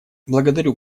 благодарю